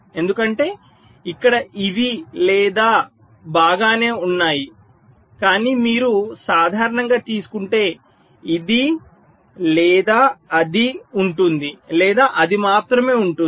ఎందుకంటే ఇక్కడ ఇవి లేదా బాగానే ఉన్నాయి కానీ మీరు సాధారణంగా తీసుకుంటే ఇది లేదా అది ఉంటుంది లేదా అది మాత్రమే ఉంటుంది